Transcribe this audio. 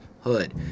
hood